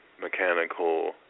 mechanical